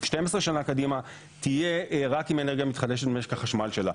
12 שנה קדימה תהיה רק עם אנרגיה מתחדשת במשק החשמל שלה.